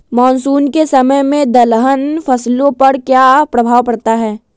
Monsoon के समय में दलहन फसलो पर क्या प्रभाव पड़ता हैँ?